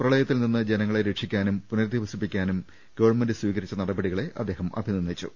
പ്രളയത്തിൽ നിന്ന് ജനങ്ങളെ രക്ഷിക്കാനും പുനരധിവസിപ്പിക്കാനും ഗവൺമെന്റ് സ്വീകരിച്ച നടപടികളെ അദ്ദേഹം അഭിനന്ദിച്ചു